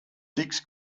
six